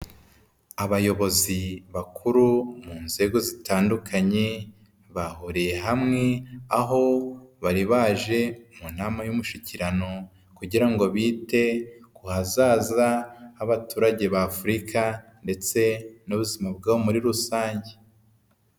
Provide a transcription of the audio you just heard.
Abayobozi bakuru mu nzego zitandukanye, bahuriye hamwe aho bari baje mu nama y'umushyikirano kugira ngo bite ku hazaza h'abaturage b'Afurika ndetse n'ubuzima bwabo muri rusange.